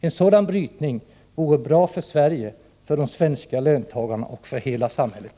En sådan brytning vore bra för Sverige, för de svenska löntagarna och för hela samhället.